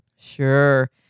Sure